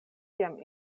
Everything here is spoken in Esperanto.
kiam